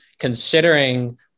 considering